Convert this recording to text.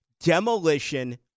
demolition